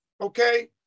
okay